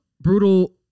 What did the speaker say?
brutal